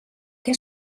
què